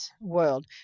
world